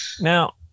now